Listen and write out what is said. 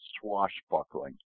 swashbuckling